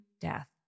death